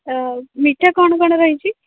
ଓ ମିଠା କ'ଣ କ'ଣ ରହିଛି